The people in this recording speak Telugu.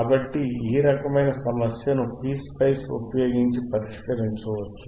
కాబట్టి మీరు ఈ రకమైన సమస్యను PSpice ఉపయోగించి పరిష్కరించవచ్చు